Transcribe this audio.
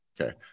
Okay